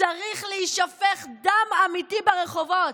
"צריך להישפך דם אמיתי ברחובות".